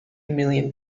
million